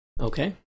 Okay